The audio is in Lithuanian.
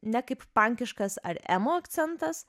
ne kaip pankiškas ar emo akcentas